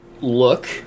look